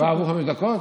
כבר עברו חמש דקות?